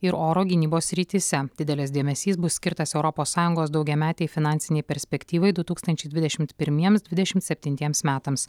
ir oro gynybos srityse didelis dėmesys bus skirtas europos sąjungos daugiametei finansinei perspektyvai du tūkstančiai dvidešimt pirmiems dvidešimt septintiems metams